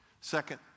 Second